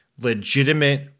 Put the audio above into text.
legitimate